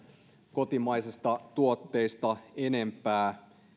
kotimaisista tuotteista enempää